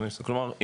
כלומר,